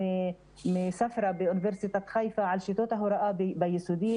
ממרכז ספרא באוניברסיטת חיפה על שיטות ההוראה ביסודי.